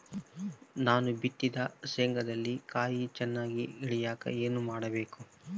ನಾನು ಬಿತ್ತಿದ ಶೇಂಗಾದಲ್ಲಿ ಕಾಯಿ ಚನ್ನಾಗಿ ಇಳಿಯಕ ಏನು ಮಾಡಬೇಕು?